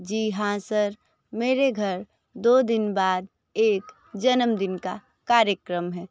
जी हाँ सर मेरे घर दो दिन बाद एक जन्मदिन का कार्यक्रम है